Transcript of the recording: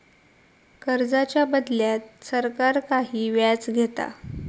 कर्जाच्या बदल्यात सरकार काही व्याज घेता